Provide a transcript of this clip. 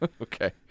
Okay